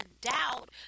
doubt